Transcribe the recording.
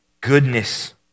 goodness